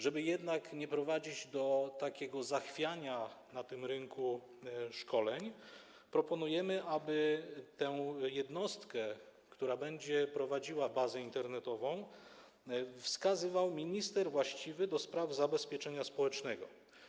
Żeby jednak nie doprowadzić do takiego zachwiania na tym rynku szkoleń, proponujemy, aby tę jednostkę, która będzie prowadziła bazę internetową, wskazywał minister właściwy do spraw zabezpieczenia społecznego.